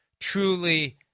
truly